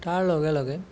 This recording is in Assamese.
তাৰ লগে লগে